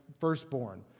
firstborn